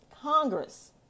Congress